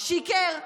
שיקר.